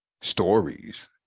stories